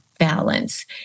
balance